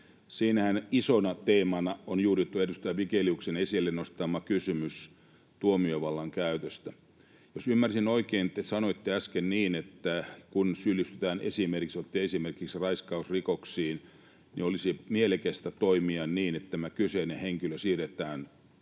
Siinähän isona teemana on juuri tuo edustaja Vigeliuksen esille nostama kysymys tuomiovallan käytöstä. Jos ymmärsin oikein, te sanoitte äsken, että kun syyllistytään esimerkiksi — otitte tämän esimerkiksi — raiskausrikoksiin, olisi mielekästä toimia niin, että tämä kyseinen henkilö siirretään